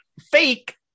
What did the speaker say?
fake